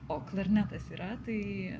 o klarnetas yra tai